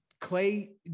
Clay